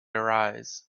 arise